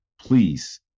please